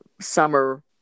summer